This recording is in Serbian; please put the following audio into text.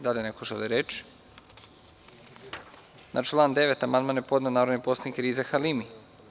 Da li neko želi reč? (Ne.) Na član 9. amandman je podneo narodni poslanik Riza Halimi.